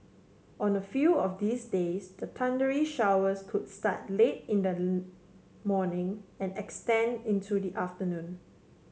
on a few of these days the thundery showers could start late in the morning and extend into the afternoon